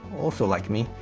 also like me,